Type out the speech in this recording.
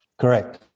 Correct